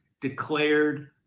declared